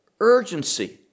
urgency